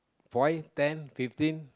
five ten fifteen